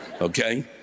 Okay